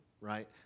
right